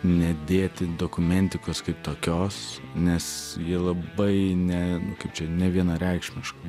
nedėti dokumentikos kaip tokios nes ji labai ne kaip čia nevienareikšmiškai